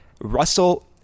Russell